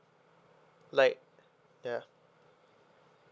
like ya